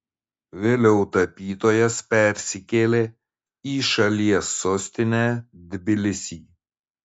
vėliau tapytojas persikėlė į šalies sostinę tbilisį